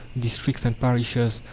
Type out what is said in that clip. districts, and parishes,